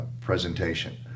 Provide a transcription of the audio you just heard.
presentation